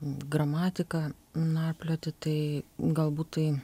gramatiką narplioti tai galbūt tai